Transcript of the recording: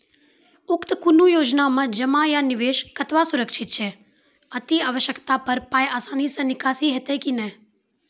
उक्त कुनू योजना मे जमा या निवेश कतवा सुरक्षित छै? अति आवश्यकता पर पाय आसानी सॅ निकासी हेतै की नै?